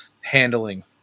handling